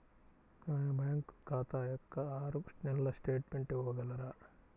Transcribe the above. నా బ్యాంకు ఖాతా యొక్క ఆరు నెలల స్టేట్మెంట్ ఇవ్వగలరా?